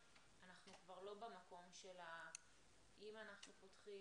אנחנו כבר לא במקום של אם אנחנו פותחים